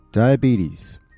diabetes